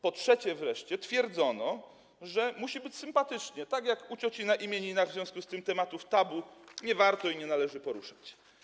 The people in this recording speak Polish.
Po trzecie wreszcie, twierdzono, że musi być sympatycznie, tak jak u cioci na imieninach, w związku z tym tematów tabu nie warto i nie należy poruszać.